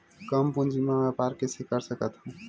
कम पूंजी म व्यापार कइसे कर सकत हव?